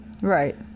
Right